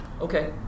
Okay